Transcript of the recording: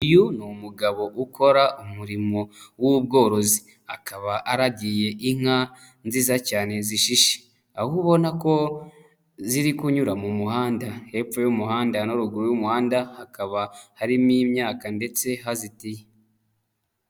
Uyu ni umugabo ukora umurimo w'ubworozi, akaba aragiye inka nziza cyane zishishe, aho ubona ko ziri kunyura mu muhanda, hepfo y'umuhanda na ruguru y'umuhanda hakaba harimo imyaka ndetse hazitiye.